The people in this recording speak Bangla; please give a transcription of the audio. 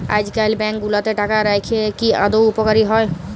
আইজকাল ব্যাংক গুলাতে টাকা রাইখা কি আদৌ উপকারী হ্যয়